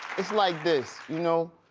it's like this, you know,